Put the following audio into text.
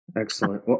excellent